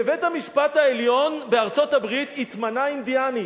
שלבית-המשפט העליון בארצות-הברית התמנה אינדיאני.